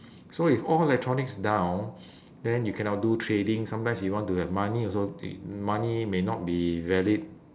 so if all electronics down then you cannot do trading sometimes you want to have money also i~ money may not be valid